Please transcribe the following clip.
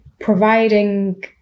providing